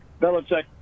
Belichick